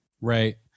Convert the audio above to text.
Right